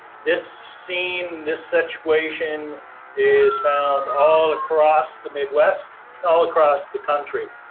this scene, this situation is found all across the midwest, and all across the country.